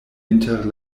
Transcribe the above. inter